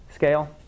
Scale